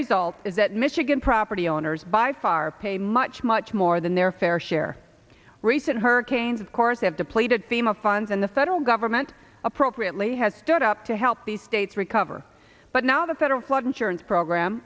result is that michigan property owners by far pay much much more than their fair share recent hurricanes of course have depleted fema funds and the federal government appropriately has stood up to help the states recover but now the federal flood insurance program